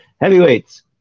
Heavyweights